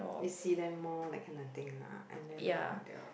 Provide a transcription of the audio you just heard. you see them more like nothing lah and then uh they will